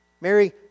Mary